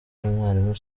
umwalimu